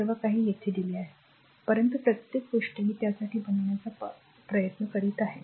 सर्व काही येथे आहे परंतु प्रत्येक गोष्ट मी त्यासाठी बनवण्याचा प्रयत्न करीत आहे